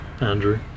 Andrew